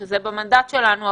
שזה במנדט שלנו,